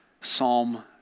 Psalm